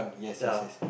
ya